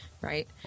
right